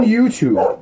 YouTube